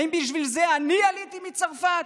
האם בשביל זה אני עליתי מצרפת?